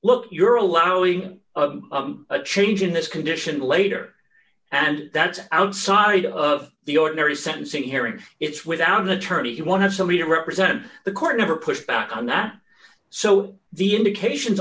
look you're allowing a change in this condition later and that's outside of the ordinary sentencing hearing it's without an attorney he won't have somebody to represent the court of or push back on that so the indications